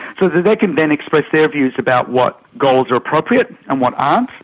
so they can then express their views about what goals are appropriate and what aren't,